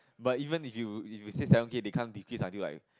but even if you if you say seven K they can't decrease until like